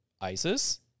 ISIS